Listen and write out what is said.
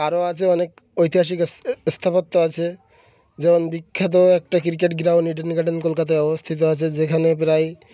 আরও আছে অনেক ঐতিহাসিক স্থ স্থাপত্য আছে যেমন বিখ্যাত একটা ক্রিকেট গ্রাউন্ড ইডেন গার্ডেন কলকাতায় অবস্থিত আছে যেখানে প্রায়